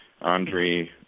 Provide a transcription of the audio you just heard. Andre